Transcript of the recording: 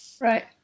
Right